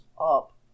up